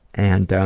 and